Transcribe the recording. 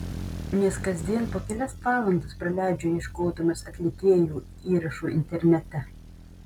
nes kasdien po kelias valandas praleidžiu ieškodamas atlikėjų įrašų internete